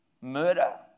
murder